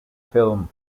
film